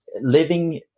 living